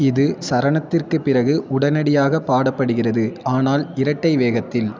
இது சரணத்திற்குப் பிறகு உடனடியாக பாடப்படுகிறது ஆனால் இரட்டை வேகத்தில்